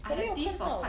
我没有看到